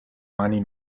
mani